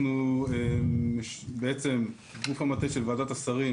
אנחנו בעצם הגוף המטה של ועדת השרים